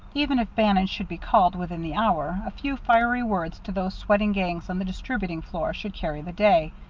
even if bannon should be called within the hour, a few fiery words to those sweating gangs on the distributing floor should carry the day.